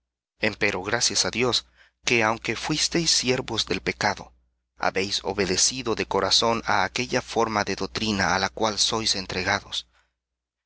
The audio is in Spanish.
justicia empero gracias á dios que aunque fuisteis siervos del pecado habéis obedecido de corazón á aquella forma de doctrina á la cual sois entregados